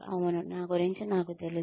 అవును నా గురించి నాకు తెలుసు